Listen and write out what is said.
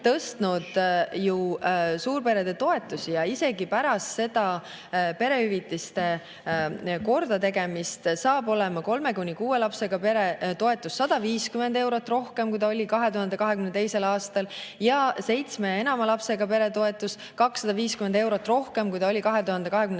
tõstnud ju suurperede toetusi. Isegi pärast perehüvitiste kordategemist saab olema kolme kuni kuue lapsega pere toetus 150 eurot rohkem, kui see oli 2022. aastal, ja seitsme ja enama lapsega pere toetus 250 eurot rohkem, kui see oli 2022.